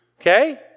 okay